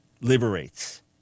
liberates